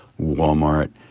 Walmart—